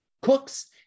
cooks